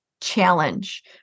challenge